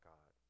God